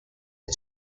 had